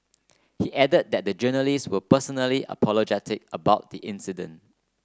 he added that the journalists were personally apologetic about the incident